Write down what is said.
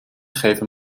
geven